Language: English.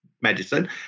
medicine